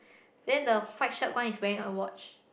then the white shirt one is wearing a watch